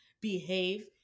behave